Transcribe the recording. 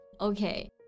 Okay